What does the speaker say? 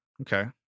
Okay